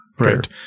Right